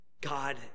God